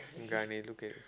guy may look at